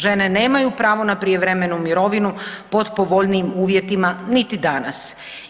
Žene nemaju pravo na prijevremenu mirovinu pod povoljnijim uvjetima niti danas.